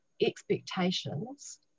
expectations